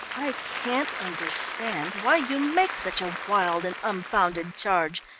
i can't understand why you make such a wild and unfounded charge,